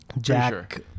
Jack